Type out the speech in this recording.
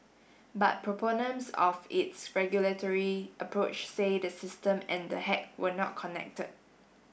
but proponents of its regulatory approach say the system and the hack were not connected